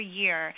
year